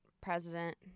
president